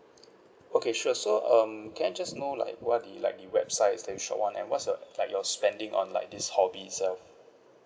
okay sure so um can I just know like what the like the websites that you shop on and what's your like your spending on like this hobby itself